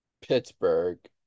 Pittsburgh